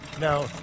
Now